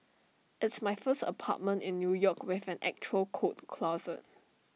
it's my first apartment in new york with an actual coat closet